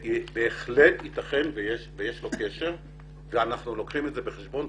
בהחלט יתכן ויש לו קשר ואנחנו לוקחים את זה בחשבון.